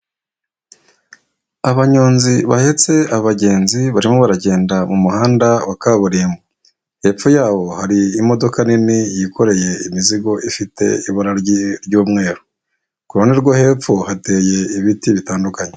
Abanyonzi bahetse abagenzi, barimo baragenda mu muhanda wa kaburimbo, hepfo yawo hari imodoka nini yikoreye imizigo ifite ibara ry'umweru, ku ruhandi rwo hepfo hateye ibiti bitandukanye.